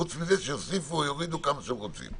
חוץ מזה שיוסיפו ויורידו כמה שהם רוצים.